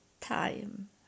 time